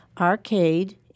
Arcade